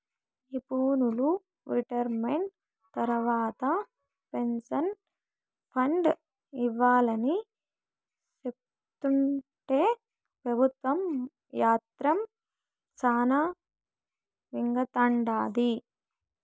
నిపునులు రిటైర్మెంట్ తర్వాత pension fund ఇవ్వాలని సెప్తుంటే పెబుత్వం మాత్రం శానా మింగతండాది